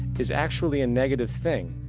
is actually a negative thing.